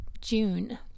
June